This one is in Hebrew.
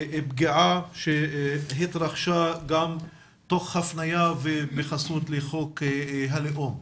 פגיעה שהתרחשה גם תוך הפנייה ובחסות לחוק הלאום.